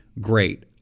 great